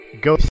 go